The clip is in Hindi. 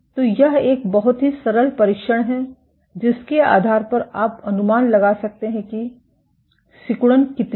तो यह एक बहुत ही सरल परीक्षण है जिसके आधार पर आप अनुमान लगा सकते हैं कि सिकुड़न कितनी है